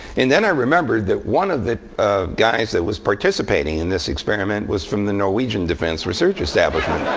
and then i remembered that one of the guys that was participating in this experiment was from the norwegian defense research establishment.